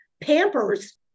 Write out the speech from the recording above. Pampers